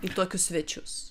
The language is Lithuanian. į tokius svečius